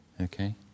Okay